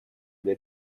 для